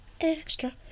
extra